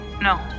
No